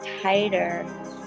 tighter